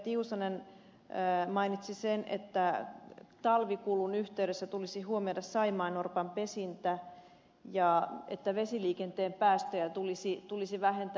tiusanen mainitsi sen että talvikulun yhteydessä tulisi huomioida saimaannorpan pesintä ja että vesiliikenteen päästöjä tulisi vähentää